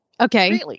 Okay